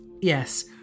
Yes